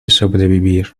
sobrevivir